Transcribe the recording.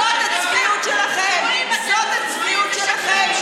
אז אתם סתמתם, זאת הצביעות שלכם.